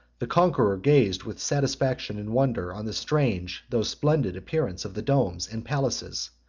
the conqueror gazed with satisfaction and wonder on the strange, though splendid, appearance of the domes and palaces,